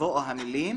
יבואו המילים